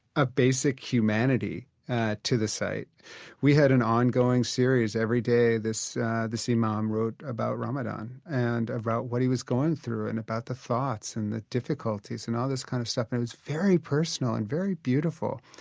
ah basic humanity to the site we had an ongoing series. every day, this this imam wrote about ramadan ramadan and about what he was going through and about the thoughts and the difficulties and all this kind of stuff, and it was very personal and very beautiful.